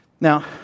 Now